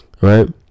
right